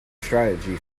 strategy